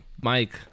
Mike